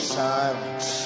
silence